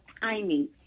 timing